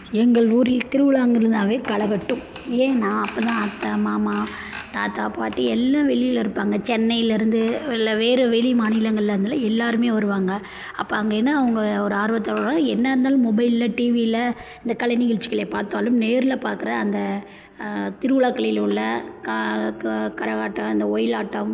எங்கள் ஊரில் திருவிழா அங்கே இருந்தாவே களைகட்டும் ஏன்னா அப்போ தான் அத்தை மாமா தாத்தா பாட்டி எல்லாம் வெளியில இருப்பாங்க சென்னையிலேருந்து இல்லை வேறு வெளி மாநிலங்களில் இருந்தெலாம் எல்லோருமே வருவாங்க அப்போ அங்கே என்னென்ன அவங்க ஒரு ஆர்வத்தோடு என்ன இருந்தாலும் மொபைலில் டிவியில் இந்த கலை நிகழ்ச்சிகளை பார்த்தாலும் நேரில் பார்க்குற அந்த திருவிழாக்களில் உள்ள கா க கரகாட்டம் அந்த ஒயிலாட்டம்